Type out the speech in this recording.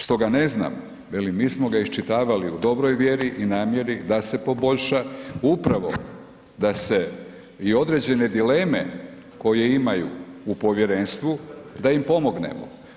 Stoga ne znam, velim mi smo ga iščitavali u dobroj vjeri i namjeri da se poboljša upravo da se i određene dileme koje imaju u povjerenstvu, da im pomognemo.